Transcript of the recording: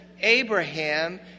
Abraham